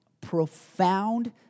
profound